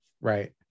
Right